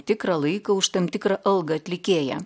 tikrą laiką už tam tikrą algą atlikėją